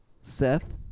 Seth